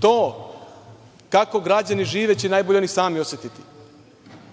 To kako građani žive će najbolje oni sami osetiti